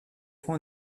fois